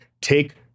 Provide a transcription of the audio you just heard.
Take